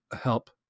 Help